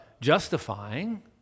justifying